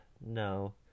No